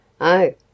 Oh